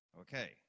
Okay